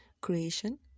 Creation